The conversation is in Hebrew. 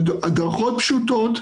הדרכות פשוטות,